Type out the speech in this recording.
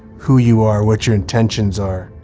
who you are, what your intentions are,